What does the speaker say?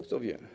Kto wie.